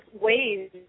ways